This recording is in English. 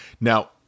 Now